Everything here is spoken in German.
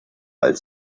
als